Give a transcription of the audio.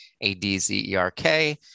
A-D-Z-E-R-K